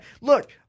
look